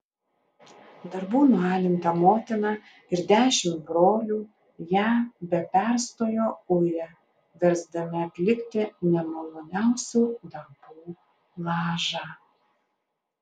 darbų nualinta motina ir dešimt brolių ją be perstojo uja versdami atlikti nemaloniausių darbų lažą